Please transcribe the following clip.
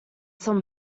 some